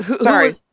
Sorry